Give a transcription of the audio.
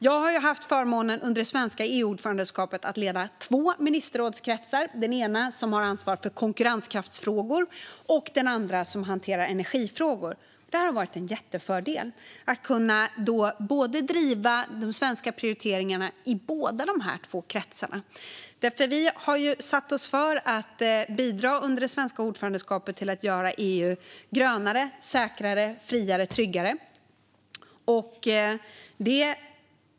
Jag har haft förmånen att leda två ministerrådskretsar under det svenska EU-ordförandeskapet. Den ena ansvarar för konkurrenskraftsfrågor, och den andra hanterar energifrågor. Det har varit en jättefördel att kunna driva de svenska prioriteringarna i båda dessa två kretsar. Vi har nämligen föresatt oss att bidra under det svenska ordförandeskapet till att göra EU grönare, säkrare, friare och tryggare.